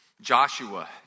Joshua